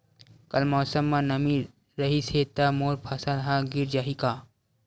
कल मौसम म नमी रहिस हे त मोर फसल ह गिर जाही का?